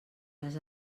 les